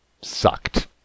sucked